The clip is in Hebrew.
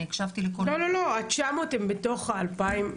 אני הקשבתי לכל מילה.